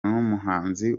n’umuhanzi